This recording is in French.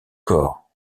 corps